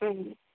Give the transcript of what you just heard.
ꯎꯝ